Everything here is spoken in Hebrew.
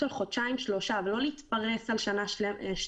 של חודשים-שלושה ולא להתפרס על שנה שלמה,